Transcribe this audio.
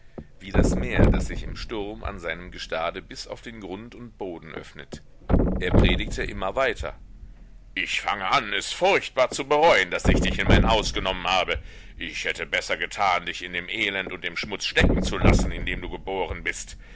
wie das meer das sich im sturm an seinem gestade bis auf den grund und boden öffnet er predigte immer weiter ich fange an es furchtbar zu bereuen daß ich dich in mein haus genommen habe ich hätte besser getan dich in dem elend und dem schmutz stecken zu lassen in dem du geboren bist